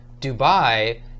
Dubai